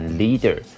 leader